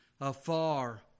afar